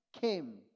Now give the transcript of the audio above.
came